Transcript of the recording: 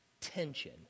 tension